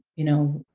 you know,